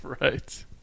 Right